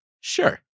Sure